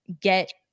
get